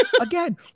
Again